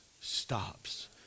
stops